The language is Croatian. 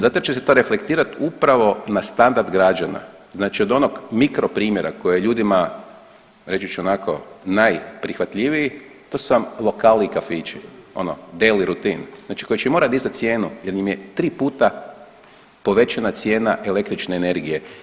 Zato jer će se to reflektirati upravo na standard građana, znači od onog mikro primjera koji je ljudima najprihvatljiviji to su vam lokali i kafići, ono daily rutin znači koji će morati dizati cijenu jer im je tri puta povećana cijena električne energije.